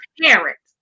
parents